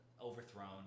overthrown